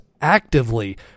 actively